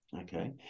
okay